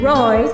Roy